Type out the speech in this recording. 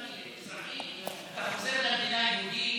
אתה חוזר למילה "יהודית".